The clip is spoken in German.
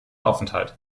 aufenthalt